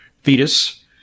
fetus